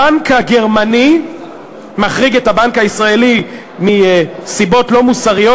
הבנק הגרמני מחרים את הבנק הישראלי מסיבות לא מוסריות,